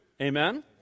Amen